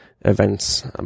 events